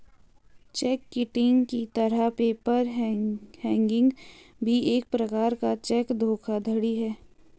check kiting की तरह paper hanging भी एक प्रकार का चेक धोखाधड़ी है